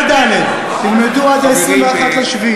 ואתה מדבר על יוקר המחיה?